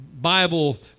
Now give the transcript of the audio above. Bible